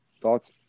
Thoughts